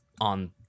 on